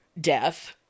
death